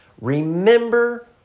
Remember